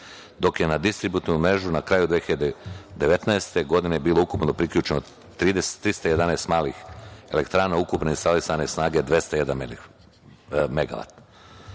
dok je na distributivnu mrežu na kraju 2019. godine, bilo ukupno priključeno 311 malih elektrana ukupne instalisane snage 201